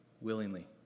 willingly